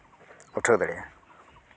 ᱩᱴᱷᱟᱹᱣ ᱫᱟᱲᱮᱭᱟᱜᱼᱟ